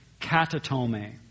katatome